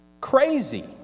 crazy